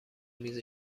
میز